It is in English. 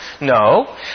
No